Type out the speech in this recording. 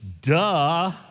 duh